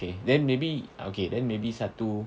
okay then maybe okay then maybe satu